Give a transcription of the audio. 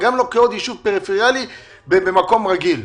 גם לא כעוד יישוב פריפריאלי במקום רגיל.